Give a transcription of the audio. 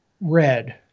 red